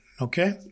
Okay